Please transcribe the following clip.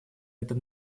этом